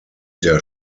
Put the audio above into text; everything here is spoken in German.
der